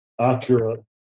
accurate